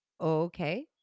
Okay